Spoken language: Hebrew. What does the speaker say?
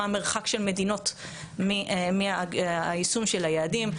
מה המרחק של מדינות מהיישום של היעדים,